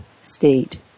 state